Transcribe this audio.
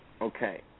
Okay